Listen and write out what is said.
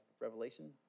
Revelation